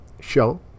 show